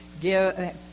give